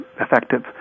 Effective